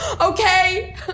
okay